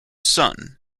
son